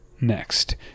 next